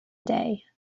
day